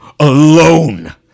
Alone